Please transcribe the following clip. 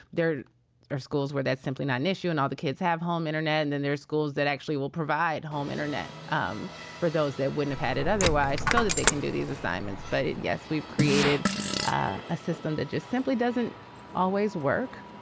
there are schools where that's simply not an issue and all the kids have home internet. and then there's schools that actually will provide home internet um for those that wouldn't have had it otherwise so that they can do these assignments. but yes, we've created a system that just simply doesn't always work.